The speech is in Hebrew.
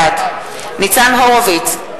בעד ניצן הורוביץ,